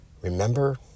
Remember